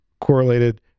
correlated